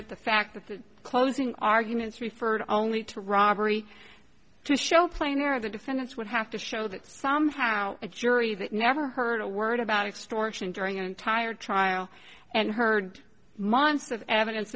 it the fact that the closing arguments referred only to robbery to show plainer the defendants would have to show that somehow a jury that never heard a word about extortion during the entire trial and heard months of evidence